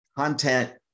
content